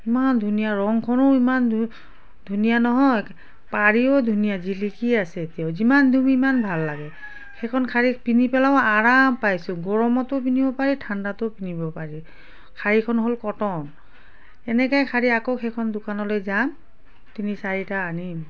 ইমান ধুনীয়া ৰংখনো ইমান ধু ধুনীয়া নহয় পাৰিও ধুনীয়া জিলিকি আছে এতিয়াও যিমান ধুম সিমান ভাল লাগে সেইখন শাৰী পিন্ধি পেলাইও আৰাম পাইছোঁ গৰমতো পিন্ধিব পাৰি ঠাণ্ডাতো পিন্ধিব পাৰি শাৰীখন হ'ল কটন এনেকৈয়ে শাৰী আকৌ সেইখন দোকানলৈ যাম তিনি চাৰিটা আনিম